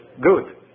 good